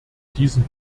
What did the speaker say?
diesen